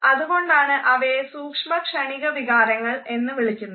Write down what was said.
അതുകൊണ്ടാണ് അവയെ സൂക്ഷ്മ ക്ഷണിക വികാരങ്ങൾ എന്ന് വിളിക്കുന്നത്